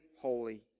holy